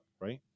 right